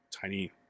tiny